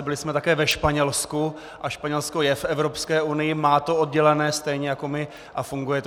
Byli jsme také ve Španělsku a Španělsko je v Evropské unii, má to oddělené stejně jako my a funguje to.